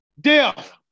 Death